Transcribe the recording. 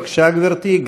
בבקשה, גברתי.